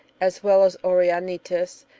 as well as auranitis,